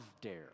Dare